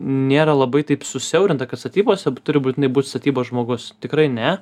nėra labai taip susiaurinta kad statybose turi būtinai būt statybos žmogus tikrai ne